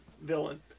villain